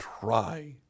try